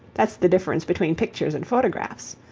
that's the difference between pictures and photographs.